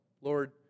Lord